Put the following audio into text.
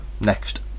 next